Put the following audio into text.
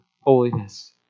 holiness